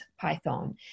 Python